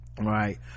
right